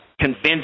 convince